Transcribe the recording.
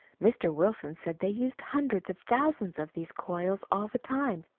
mr. wilson said they used hundreds of thousands of these coils all the time,